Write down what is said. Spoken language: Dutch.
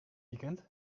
weekend